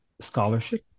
scholarship